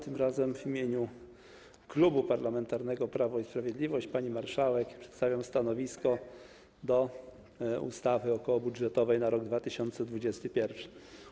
Tym razem w imieniu Klubu Parlamentarnego Prawo i Sprawiedliwość, pani marszałek, przedstawiam stanowisko odnośnie do ustawy okołobudżetowej na rok 2021.